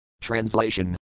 Translation